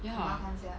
ya